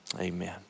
amen